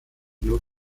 nur